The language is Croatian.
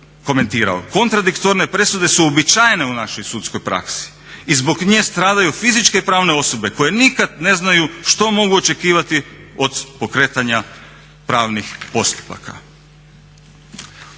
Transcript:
"Kontradiktorne presude su uobičajene u našoj sudskoj praksi i zbog nje stradaju fizičke i pravne osobe koje nikad ne znaju što mogu očekivati od pokretanja pravnih postupaka."